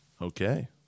Okay